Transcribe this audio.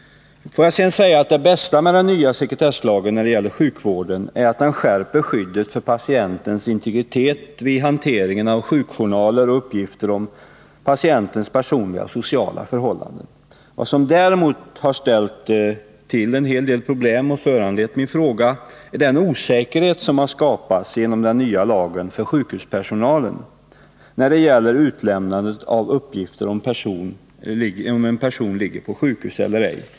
Det bästa med den nya sekretesslagen när det gäller sjukvården är att den skärper skyddet för patientens integritet vid hanteringen av sjukjournaler och uppgifter om patientens personliga och sociala förhållanden. Vad som däremot har ställt till en hel del problem och också har föranlett min fråga är den osäkerhet som den nya lagen har skapat för sjukhuspersonalen när det gäller utlämnandet av uppgifter om huruvida en person ligger på sjukhus eller ej.